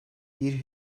bir